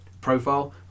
profile